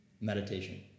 Meditation